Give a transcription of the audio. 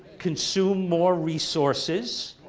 consume more resources,